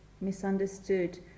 misunderstood